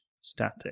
Static